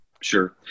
Sure